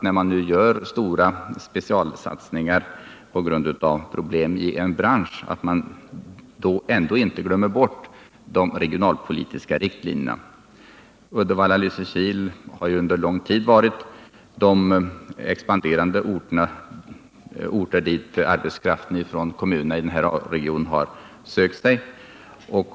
När man nu gör specialsatsningar på grund av problem i en bransch är det mycket viktigt att man inte glömmer bort de regionalpolitiska riktlinjerna. Uddevalla och Lysekil har ju under lång tid varit de expanderande orterna dit arbetskraften från kommunerna i denna A region sökt sig.